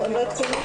נעולה.